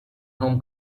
home